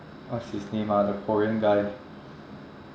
what's his name ah the korean guy